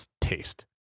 taste